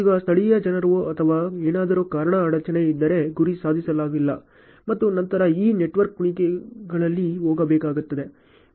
ಈಗ ಸ್ಥಳೀಯ ಜನರು ಅಥವಾ ಏನಾದರೂ ಕಾರಣ ಅಡಚಣೆ ಇದ್ದರೆ ಗುರಿ ಸಾಧಿಸಲಾಗಿಲ್ಲ ಮತ್ತು ನಂತರ ಈ ನೆಟ್ವರ್ಕ್ ಕುಣಿಕೆಗಳಲ್ಲಿ ಹೋಗಬೇಕಾಗುತ್ತದೆ